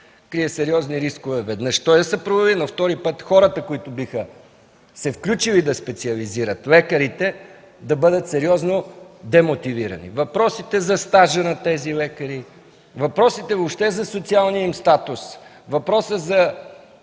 крие сериозни рискове, веднъж, да се провали, втори път, хората, които биха се включили да специализират – лекарите, да бъдат сериозно демотивирани. Въпросите за стажа на тези лекари, въпросите въобще за социалния им статус, въпросът за